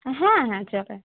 হ্যাঁ হ্যাঁ যাবে